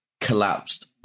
collapsed